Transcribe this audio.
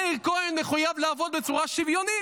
מאיר כהן מחויב לעבוד בצורה שוויונית.